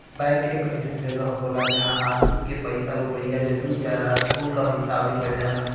bank एक अइसन जगह होला जहां आदमी के पइसा रुपइया, जमीन जायजाद कुल क हिसाब लिखल रहला